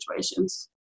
situations